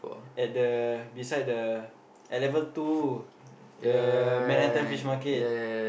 at the beside the level two the Manhattan-Fish-Market